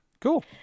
Cool